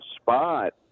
spot